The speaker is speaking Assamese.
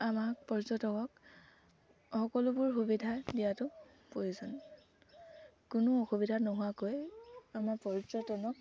আমাক পৰ্যটকক সকলোবোৰ সুবিধা দিয়াতো প্ৰয়োজন কোনো অসুবিধা নোহোৱাকৈ আমাৰ পৰ্যটনক